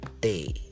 day